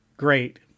Great